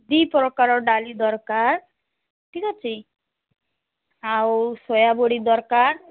ଦି ପ୍ରକାର ଡାଲି ଦରକାର ଠିକ୍ ଅଛି ଆଉ ସୋୟାବଡ଼ି ଦରକାର